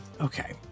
Okay